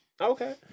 Okay